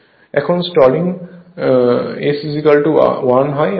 এখন starting S1 হয় আমরা জানি